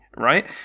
Right